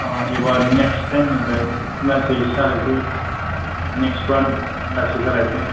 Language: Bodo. औ एबार नेक्सट टाइमनिफ्राय लासै सालायनोसै नेक्सट बारनिफ्राय लासै सालायनोसै